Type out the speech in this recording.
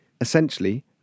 essentially